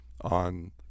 on